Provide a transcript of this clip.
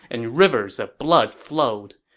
and rivers of blood flowed.